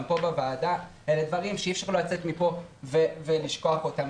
פה בוועדה אלה דברים שאי אפשר לצאת מפה ולשכוח אותם,